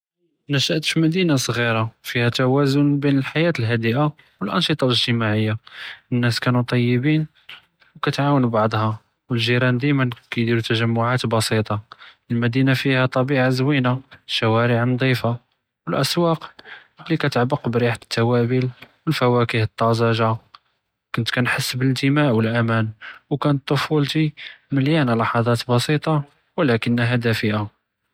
נשאת פ־מדינה סג'ירה פיהא תוואזון בין חיאת האדֵאָה ואנשיטה אג'תמאעִיה, נאס כאנו טִיבּין וכִּתעאונ בעְדהא וג'יראן דאימאן כּידִירו תג'מעאת בסיטה, מדינה פיהא טבִיעַה זווינה שווארע נציפה ואסואק לי כתעמק ברִיחַת תוואבל ואלפוואכה א־טאזֶ'ה, כנת נחס באנתִמאא ואמאן, וכאנת טְפולתי מלאנה בּלחט'את בסיטה ולאכּנהא דאפִּאַה.